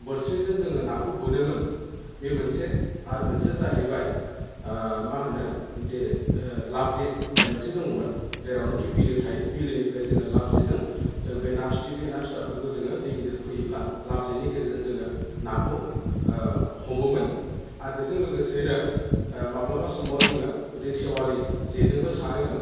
बोरसिजों जोङो नाखौ बोनोमोन बे मोनसे आरो मोनसेया जाहैबाय मा होनो जे लाबजे होननाय मोनसे दङमोन जेरावनोखि बिलो थायो बिलोनिफ्राय जोङो लाबजेजों जों बे ना फिथिख्रि ना फिसाफोरखौ जोङो दै गिदिर फैयोब्ला लाब जेनि गेजेरजों जोङो नाखौ हमोमोन आरो बेजों लोगोसेयैनो माब्लाबा समाव जोङो बिदि सेवालि जेजोंबो सारोमोन